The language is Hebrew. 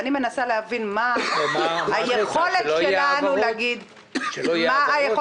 ואני מנסה להבין מה היכולת שלנו להגיד --- מה את רוצה